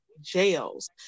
jails